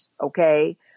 okay